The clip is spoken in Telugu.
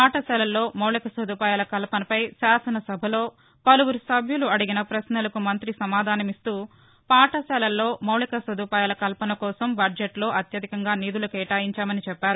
పాఠశాలల్లో మౌలిక సదుపాయాల కల్పనపై శాసనసభలో పలువురు సభ్యులు అడిగిన పశ్నలకు మంత్రి సమాధానం చెబుతూ పాఠశాలల్లో మౌలిక సదుపాయాల కల్పినకోసం బడ్జెట్లో అత్యధికంగా నిధులు కేటాయించామని చెప్పారు